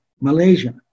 Malaysia